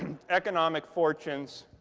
economic fortunes.